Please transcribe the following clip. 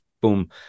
boom